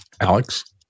Alex